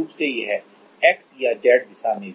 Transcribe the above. लेकिन इस सिरे के लिए इसमें उस तरह की सभी गतियां मुक्त हो सकती है जैसे X Y Z दिशा में